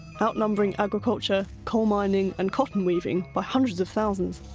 out-numbering agriculture, coalmining and cotton weaving by hundreds of thousands.